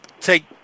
take